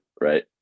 right